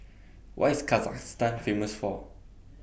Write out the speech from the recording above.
What IS Kazakhstan Famous For